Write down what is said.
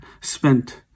spent